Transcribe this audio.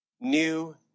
new